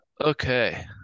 Okay